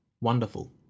wonderful